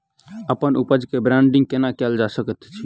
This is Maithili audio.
अप्पन उपज केँ ब्रांडिंग केना कैल जा सकैत अछि?